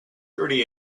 thirty